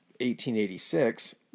1886